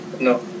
no